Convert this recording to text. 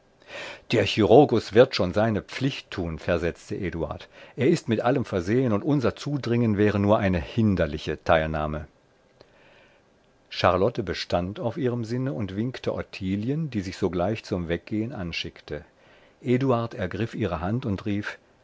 der chirurgus wird schon seine pflicht tun versetzte eduard er ist mit allem versehen und unser zudringen wäre nur eine hinderliche teilnahme charlotte bestand auf ihrem sinne und winkte ottilien die sich sogleich zum weggehen anschickte eduard ergriff ihre hand und rief